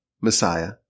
Messiah